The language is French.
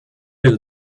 aller